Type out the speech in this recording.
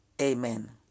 Amen